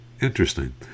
Interesting